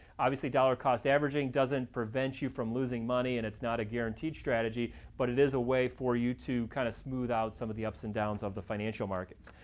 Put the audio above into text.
obviously dollar cost averaging doesn't prevent you from losing money and it's not a guaranteed strategy but it is a way for you to kind of smooth out some of the ups and downs of the financial markets.